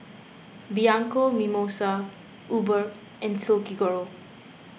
Bianco Mimosa Uber and Silkygirl